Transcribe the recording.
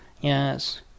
yes